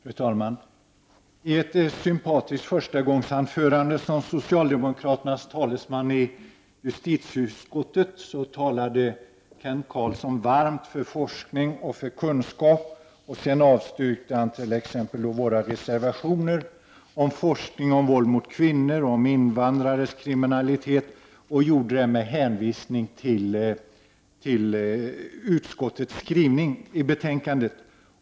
Fru talman! I ett sympatiskt förstagångsanförande som socialdemokraternas talesman i justitieutskottet talade Kent Carlsson varmt för forskning och kunskap, och sedan avstyrkte han t.ex. våra reservationer om forskning om våld mot kvinnor och invandrares kriminalitet, med hänvisning till utskottets skrivning i betänkandet.